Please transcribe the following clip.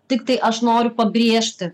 tiktai aš noriu pabrėžti